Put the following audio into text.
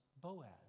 Boaz